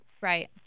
Right